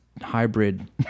hybrid